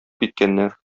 киткәннәр